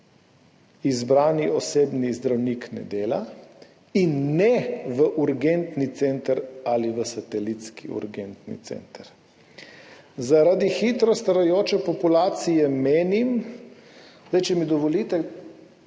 izbrani osebni zdravnik ne dela, in ne v urgentni center ali v satelitski urgentni center. Zaradi hitro starajoče populacije menim